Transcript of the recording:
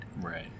right